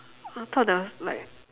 I thought there was like